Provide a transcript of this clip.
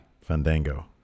Fandango